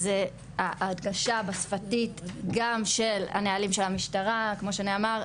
ההדגשה השפתית גם של הנהלים של המשטרה כמו שנאמר,